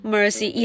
Mercy